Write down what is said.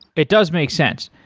it does make sense.